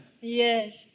Yes